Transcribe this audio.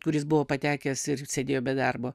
kur jis buvo patekęs ir sėdėjo be darbo